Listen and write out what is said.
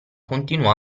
continuò